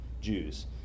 Jews